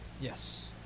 Yes